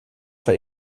för